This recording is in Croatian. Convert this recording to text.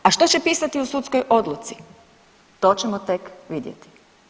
A što će pisati u sudskoj odluci to ćemo tek vidjeti.